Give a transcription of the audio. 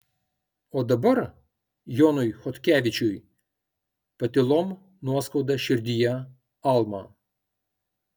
o dabar jonui chodkevičiui patylom nuoskauda širdyje alma